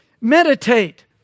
Meditate